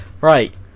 Right